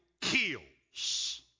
kills